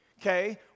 okay